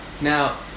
Now